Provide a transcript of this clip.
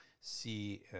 see